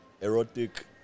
erotic